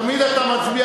תמיד אתה מצביע,